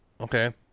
Okay